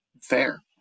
fair